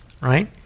right